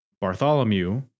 Bartholomew